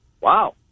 wow